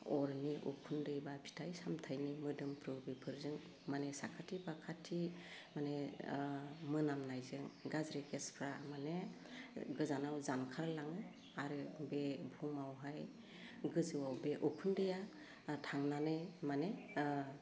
अरनि उखुन्दै बा फिथाइ सामथाइनि मोदोमफ्रु बेफोरजों माने साखाथि फाखाथि माने ओह मोनामनायजों गाज्रि गेसफ्रा माने गोजानाव जानखार लाङो आरो बे बुहुमावहाय गोजौवाव बे उखुन्दैआ ओह थांनानै माने ओह